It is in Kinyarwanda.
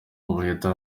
ubuheta